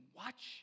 watch